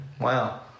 Wow